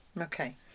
Okay